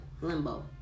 limbo